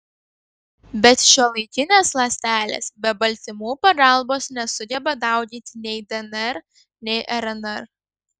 bet šiuolaikinės ląstelės be baltymų pagalbos nesugeba dauginti nei dnr nei rnr